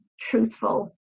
truthful